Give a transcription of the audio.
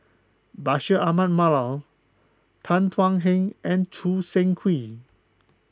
Bashir Ahmad Mallal Tan Thuan Heng and Choo Seng Quee